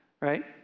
right